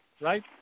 right